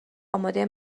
آماده